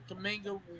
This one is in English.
Kaminga